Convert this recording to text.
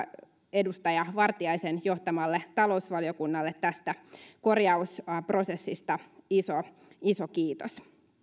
edustaja vartiaisen johtamalle talousvaliokunnalle tästä korjausprosessista iso iso kiitos